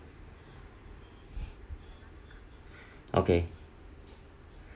okay